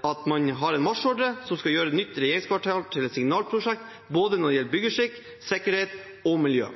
at man har en marsjordre som skal gjøre det nye regjeringskvartalet til et signalprosjekt når det gjelder både byggeskikk, sikkerhet og miljø.